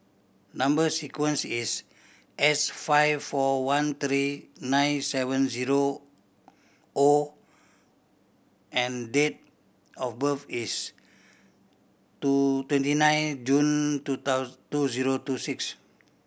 number sequence is S five four one three nine seven zero O and date of birth is two twenty nine June two two zero two six